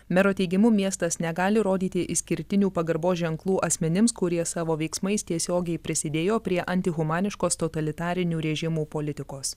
mero teigimu miestas negali rodyti išskirtinių pagarbos ženklų asmenims kurie savo veiksmais tiesiogiai prisidėjo prie antihumaniškos totalitarinių režimų politikos